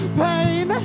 pain